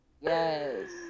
Yes